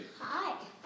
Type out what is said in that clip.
Hi